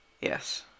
Yes